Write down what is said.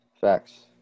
facts